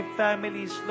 families